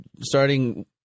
starting